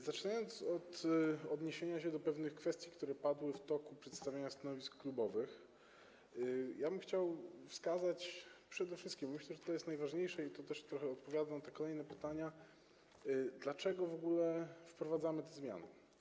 Zaczynając od odniesienia się do pewnych kwestii, które padły w toku przedstawiania stanowisk klubowych, chciałbym wskazać przede wszystkim - myślę, że to jest najważniejsze, i tu odpowiadam też na kolejne pytania - dlaczego w ogóle wprowadzamy te zmiany.